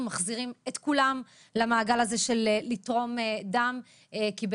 מחזירים את כולם למעגל של תרומות הדם כי,